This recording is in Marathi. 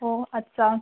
हो अच्छा